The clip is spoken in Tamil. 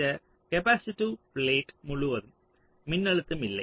இந்த கேப்பாசிட்டிவ் பிளேட் முழுவதும் மின்னழுத்தம் இல்லை